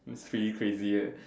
this pretty crazy right